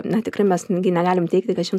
na tikrai mes gi negalim teigti kad šim